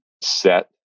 set